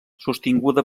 sostinguda